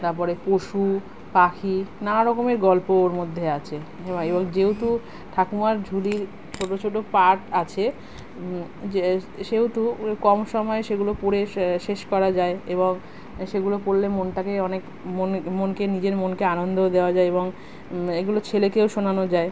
তারপরে পশু পাখি নানা রকমের গল্প ওর মধ্যে আছে যেহেতু ঠাকুরমার ঝুলির ছোট ছোট পার্ট আছে যে সেহেতু ওই কম সময়ে সেগুলো পড়ে শেষ করা যায় এবং সেগুলো পড়লে মনটাকে অনেক মনকে নিজের মনকে আনন্দ দেওয়া যায় এবং এগুলো ছেলেকেও শোনানো যায়